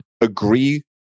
Agree